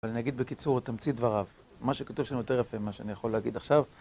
אבל אני אגיד בקיצור תמצית דבריו, מה שכתוב שם יותר יפה מה שאני יכול להגיד עכשיו